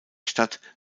stadt